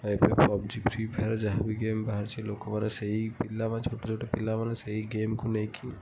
ଏବେ PUBG free fire ଯାହା ବି ଗେମ୍ ବାହାରିଛି ଲୋକମାନେ ସେଇ ପିଲା ବା ଛୋଟ ଛୋଟ ପିଲାମାନେ ସେଇ ଗେମ୍କୁ ନେଇକି